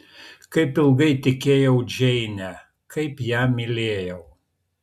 kaip ilgai tikėjau džeine kaip ją mylėjau